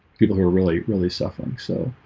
people who are really really suffering so